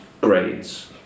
grades